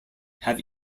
have